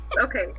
okay